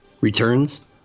Returns